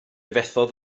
fethodd